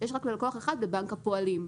וזה בנק הפועלים.